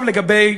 עכשיו לגבי,